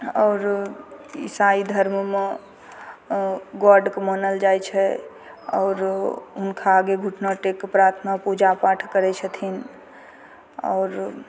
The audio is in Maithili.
आओर ईसाई धर्ममे गॉडके मानल जाइ चाही आओर हुनका आगे घुटना टेक कऽ प्रार्थना पुजापाठ करै छथिन आओर